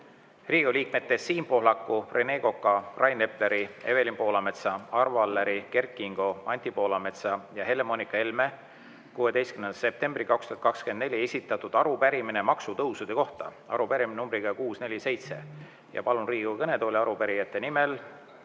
Riigikogu liikmete Siim Pohlaku, Rene Koka, Rain Epleri, Evelin Poolametsa, Arvo Alleri, Kert Kingo, Anti Poolametsa ja Helle-Moonika Helme 16. septembril 2024 esitatud arupärimine maksutõusude kohta. Arupärimine numbriga 647. Palun Riigikogu kõnetooli arupärijate nimel